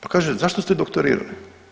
Pa kaže zašto ste doktorirali?